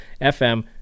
FM